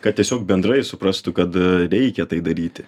kad tiesiog bendrai suprastų kad reikia tai daryti